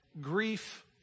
grief